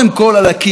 לתקן,